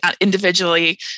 individually